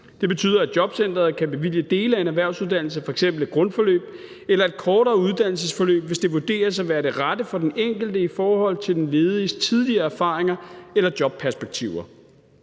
Det betyder, at jobcenteret kan bevilge dele af en erhvervsuddannelse, f.eks. et grundforløb, eller et kortere uddannelsesforløb, hvis det vurderes at være det rette for den enkelte i forhold til den lediges tidligere erfaringer eller jobperspektiver.